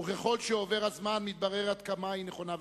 וככל שעובר הזמן מתברר עד כמה היא נכונה וצודקת.